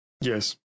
Yes